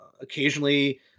occasionally